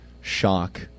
shock